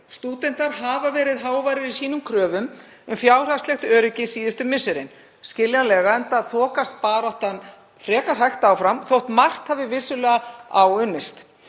Stúdentar hafa verið háværir í kröfum sínum um fjárhagslegt öryggi síðustu misserin, skiljanlega, enda þokast baráttan frekar hægt áfram þótt margt hafi vissulega áunnist.